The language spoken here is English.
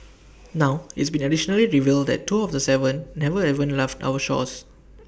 now it's been additionally revealed that two of the Seven never even left our shores